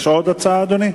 יש עוד הצעה, אדוני?